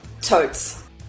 totes